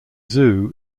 zoo